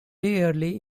early